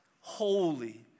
holy